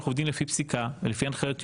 אנחנו יודעים לפי פסיקה ולפי הנחיות יועץ,